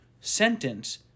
sentence